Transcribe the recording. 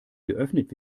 geöffnet